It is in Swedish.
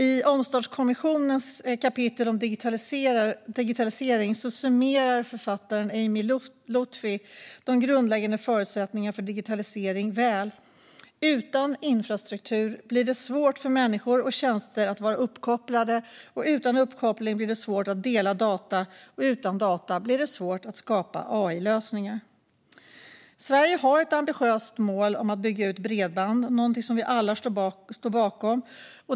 I Omstartskommissionens kapitel om digitalisering summerar författaren Amy Loutfi de grundläggande förutsättningarna för digitalisering väl: "Utan infrastruktur blir det svårt för människor och tjänster att vara uppkopplade, utan uppkoppling blir det svårt att dela data, och utan data blir det svårt att skapa AI." Sverige har ett ambitiöst mål om att bygga ut bredband, något som vi alla står bakom.